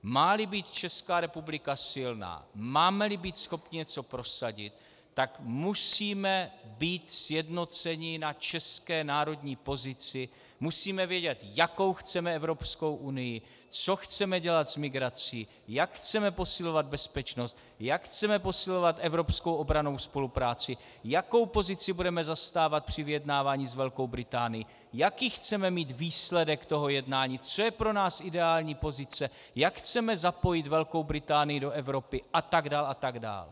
Máli být Česká republika silná, mámeli být schopni něco prosadit, tak musíme být sjednoceni na české národní pozici, musíme vědět, jakou chceme Evropskou unii, co chceme dělat s migrací, jak chceme posilovat bezpečnost, jak chceme posilovat evropskou obrannou spolupráci, jakou pozici budeme zastávat při vyjednávání s Velkou Británii, jaký chceme mít výsledek toho jednání, co je pro nás ideální pozice, jak chceme zapojit Velkou Británii do Evropy atd. atd.